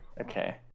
Okay